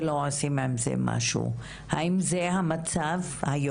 תודה